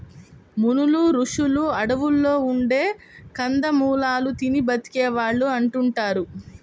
మునులు, రుషులు అడువుల్లో ఉండే కందమూలాలు తిని బతికే వాళ్ళు అంటుంటారు